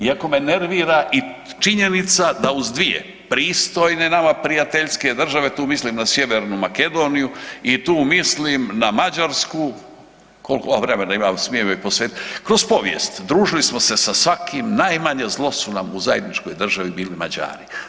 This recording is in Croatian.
Iako me nervira i činjenica uz dvije pristojne, nama prijateljske države, tu mislim na Sjevernu Makedoniju i tu mislim na Mađarsku, koliko ono vremena imam, smijem posvetiti, kroz povijest, družili smo se sa svakim, najmanje zlo su nam u zajedničkoj državi bili Mađari.